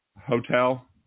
Hotel